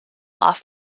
off